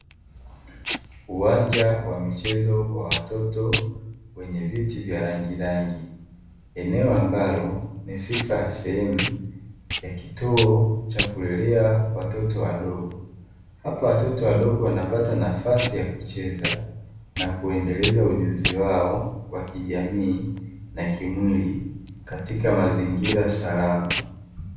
Uwanja wa michezo wa watoto wenye viti vya rangi rangi, eneo ambalo ni sifa ya sehemu ya kituo cha kulelea watoto wadogo. Hapa watoto wadogo wanapata nafasi ya kucheza na kuendeleza ujuzi wao wa kijamii na kimwili katika mazingira salama.